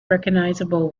recognizable